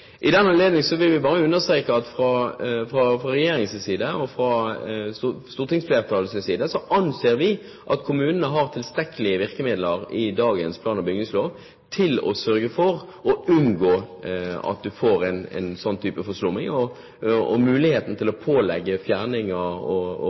I den anledning vil vi understreke at fra regjeringens side – og fra stortingsflertallets side – anser vi at kommunene har tilstrekkelige virkemidler i dagens plan- og bygningslov til å sørge for å unngå at en får en sånn type forslumming. De har muligheten til å pålegge fjerning og